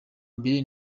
mbere